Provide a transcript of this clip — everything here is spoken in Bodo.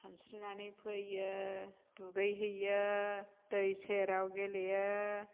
सानस्रिनानै फैयो दुगैहैयो दै सेराव गेलेयो